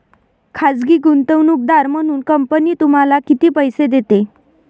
खाजगी गुंतवणूकदार म्हणून कंपनी तुम्हाला किती पैसे देते?